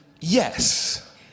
yes